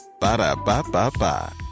Ba-da-ba-ba-ba